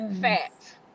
fat